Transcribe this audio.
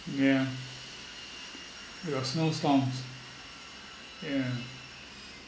yeah they got snow storms yeah